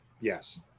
yes